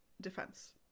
defense